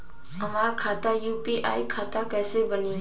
हमार खाता यू.पी.आई खाता कईसे बनी?